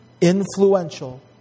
influential